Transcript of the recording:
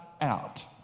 out